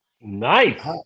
Nice